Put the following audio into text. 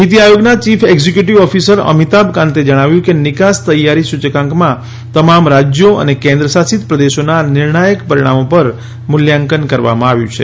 નીતિ આયોગના chief executive officer Amitabh કાંતે જણાવ્યું કે નિકાસ તૈયારી સૂચકાંકમાં તમામ રાજ્યો અને કેન્દ્રશાસિત પ્રદેશોના નિર્ણાયક પરિમાણો પર મૂલ્યાંકન કરવામાં આવ્યું છે